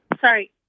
sorry